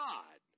God